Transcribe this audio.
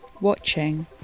watching